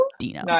Dino